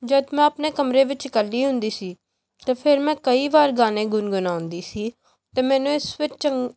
ਜਦ ਮੈਂ ਆਪਣੇ ਕਮਰੇ ਵਿੱਚ ਇਕੱਲੀ ਹੁੰਦੀ ਸੀ ਤਾਂ ਫਿਰ ਮੈਂ ਕਈ ਵਾਰ ਗਾਣੇ ਗੁਣਗੁਣਾਉਂਦੀ ਸੀ ਅਤੇ ਮੈਨੂੰ ਇਸ ਵਿੱਚ ਚੰਗ